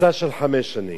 בפריסה של חמש שנים.